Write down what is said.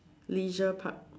leisure park